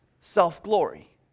Self-glory